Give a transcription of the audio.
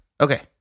okay